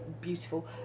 beautiful